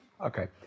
Okay